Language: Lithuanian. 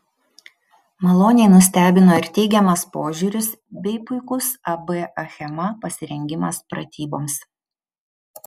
maloniai nustebino ir teigiamas požiūris bei puikus ab achema pasirengimas pratyboms